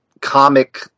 comic